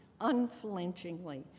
unflinchingly